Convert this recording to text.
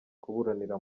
kuburanira